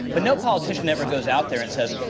but no politician ever goes out there and says,